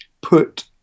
Put